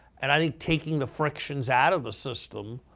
and i think taking the frictions out of the system